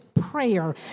prayer